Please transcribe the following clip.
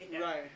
right